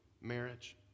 marriage